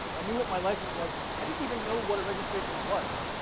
i knew what my license was. i didn't even know what a registration was.